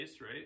right